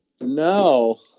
No